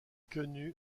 quenu